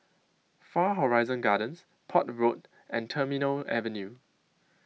Far Horizon Gardens Port Road and Terminal Avenue